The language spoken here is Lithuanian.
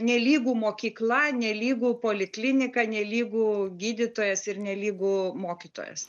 nelygu mokykla nelygu poliklinika nelygu gydytojas ir nelygu mokytojas